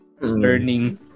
learning